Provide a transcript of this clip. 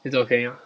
it's okay